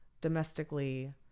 domestically